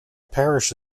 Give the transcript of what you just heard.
parish